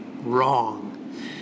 wrong